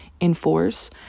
enforce